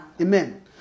Amen